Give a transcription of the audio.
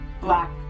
black